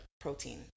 protein